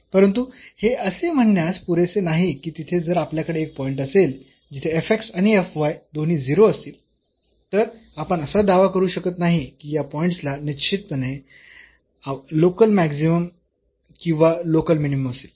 परंतु हे असे म्हणण्यास पुरेसे नाही की तिथे जर आपल्याकडे एक पॉईंट असेल जिथे आणि दोन्ही 0 असतील तर आपण असा दावा करू शकत नाही की या पॉईंटला निश्चितपणे लोकल मॅक्सिमम किंवा लोकल मिनिमम असेल